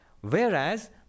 Whereas